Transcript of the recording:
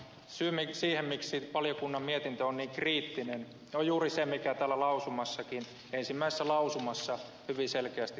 syy siihen miksi valiokunnan mietintö on niin kriittinen on juuri se mikä täällä ensimmäisessä lausumassakin hyvin selkeästi todetaan